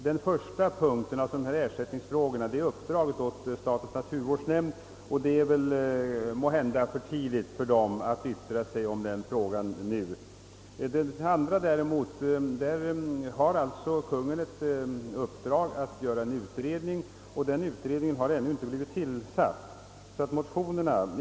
Det första uppdraget — att följa ersättningsfrågorna — har lämnats till statens naturvårdsnämnd, och det är måhända för tidigt för nämnden att nu yttra sig i denna fråga. Den andra punkten avsåg ett utredningsuppdrag men någon utredning har ännu inte blivit tillsatt av Kungl. Maj:t.